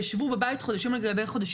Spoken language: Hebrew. והם אלה שישבו בבית חודשים על גבי חודשים,